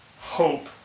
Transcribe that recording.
hope